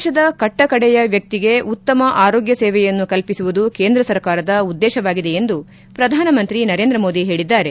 ದೇಶದ ಕಟ್ಟಕಡೆಯ ವ್ಯಕ್ತಿಗೆ ಉತ್ತಮ ಆರೋಗ್ಯ ಸೇವೆಯನ್ನು ಕಲ್ಪಿಸುವುದು ಕೇಂದ್ರ ಸರ್ಕಾರದ ಉದ್ದೇಶವಾಗಿದೆ ಎಂದು ಪ್ರಧಾನಮಂತ್ರಿ ನರೇಂದ್ರಮೋದಿ ಹೇಳಿದ್ದಾರೆ